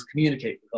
communicate